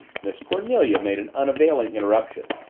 miss cornelia made an unavailing interruption.